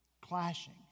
clashing